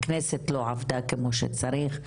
הכנסת לא עבדה כמו שצריך.